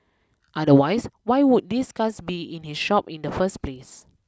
otherwise why would these cars be in his shop in the first place